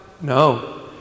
No